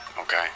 okay